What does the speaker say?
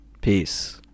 Peace